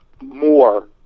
more